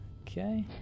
Okay